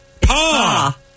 Pa